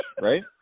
right